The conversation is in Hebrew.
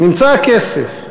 נמצא הכסף.